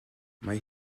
mae